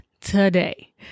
today